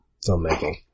filmmaking